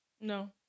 No